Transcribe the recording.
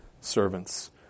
servants